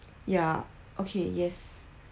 ya okay yes